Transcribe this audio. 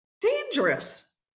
dangerous